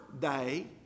day